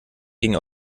ging